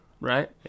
Right